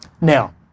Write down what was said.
Now